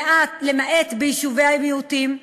למעט ביישובי המיעוטים,